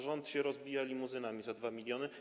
Rząd się rozbija limuzynami za 2 mln.